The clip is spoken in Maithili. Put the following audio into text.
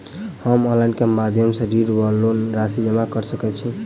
हम ऑनलाइन केँ माध्यम सँ ऋणक वा लोनक राशि जमा कऽ सकैत छी?